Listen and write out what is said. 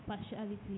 partiality